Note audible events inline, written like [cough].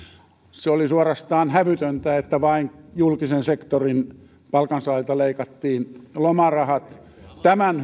se oli suorastaan hävytöntä että vain julkisen sektorin palkansaajilta leikattiin lomarahat tämän [unintelligible]